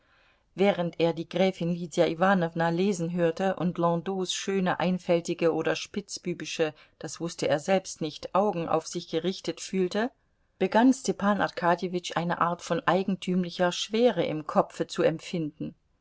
während er die gräfin lydia iwanowna lesen hörte und landaus schöne einfältige oder spitzbübische das wußte er selbst nicht augen auf sich gerichtet fühlte begann stepan arkadjewitsch eine art von eigentümlicher schwere im kopfe zu empfinden